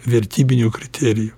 vertybinių kriterijų